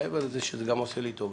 מעבר לכך שזה עושה גם לי טובה,